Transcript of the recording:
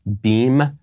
Beam